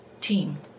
team